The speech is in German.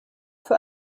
für